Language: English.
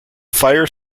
fire